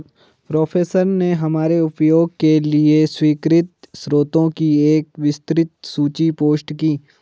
professor ने हमारे उपयोग के लिए स्वीकृत स्रोतों की एक विस्तृत सूची पोस्ट की